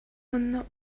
манна